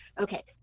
Okay